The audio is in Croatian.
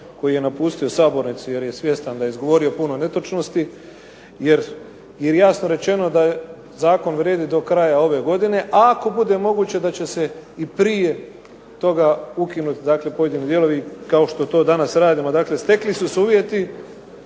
koji je napustio sabornicu jer je svjestan da je izgovorio puno netočnosti, jer jasno je rečeno da zakon vrijedi do kraja ove godine, a ako bude moguće da će se i prije toga ukinuti dakle pojedini dijelovi kao što to danas radimo. Dakle, stekli su se uvjeti